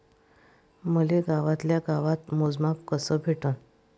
मले गावातल्या गावात मोजमाप कस भेटन?